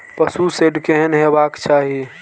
पशु शेड केहन हेबाक चाही?